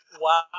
Wow